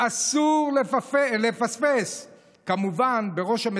פעם הייתם תנועה חברתית,